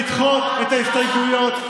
לדחות את ההסתייגויות.